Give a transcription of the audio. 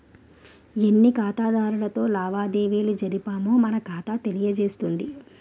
ఎన్ని ఖాతాదారులతో లావాదేవీలు జరిపామో మన ఖాతా తెలియజేస్తుంది